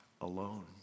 alone